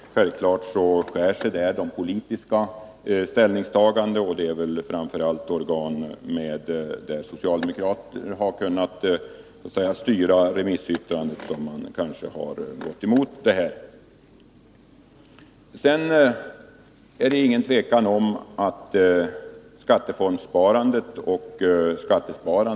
Självfallet skär det sig när det gäller de politiska ställningstagandena. Framför allt är det väl inom organ där socialdemokrater har kunnat bestämma remissyttrandets utformning som man har gått emot förslaget.